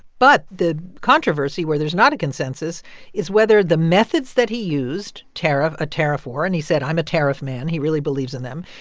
but the controversy where there's not a consensus is whether the methods that he used a tariff war and he said, i'm a tariff man. he really believes in them.